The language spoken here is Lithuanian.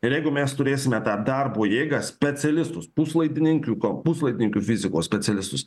ir jeigu mes turėsime tą darbo jėgą specialistus puslaidininkių ko puslaidininkių fizikos specialistus